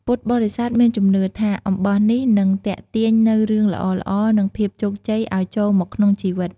ពុទ្ធបរិស័ទមានជំនឿថាអំបោះនេះនឹងទាក់ទាញនូវរឿងល្អៗ និងភាពជោគជ័យឲ្យចូលមកក្នុងជីវិត។